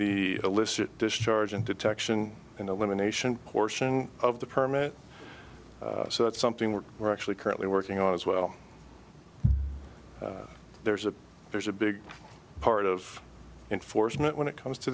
the illicit discharge and detection and elimination portion of the permit so that's something we're we're actually currently working on as well there's a there's a big part of enforcement when it comes to